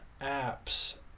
apps